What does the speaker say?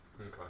Okay